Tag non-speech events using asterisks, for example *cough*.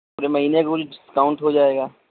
پورے مہینے *unintelligible* ڈسکاؤنٹ ہو جائے گا